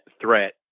threat